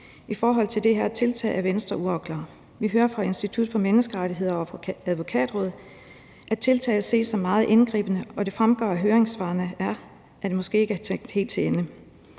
I forhold til det her tiltag er Venstre uafklaret. Vi hører fra Institut for Menneskerettigheder og fra Advokatrådet, at tiltaget ses som meget indgribende, og det fremgår af høringssvarene, at det måske ikke er tænkt helt til ende.